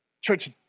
Church